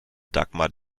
dagmar